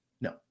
No